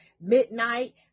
Midnight